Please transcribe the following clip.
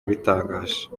yabitangaje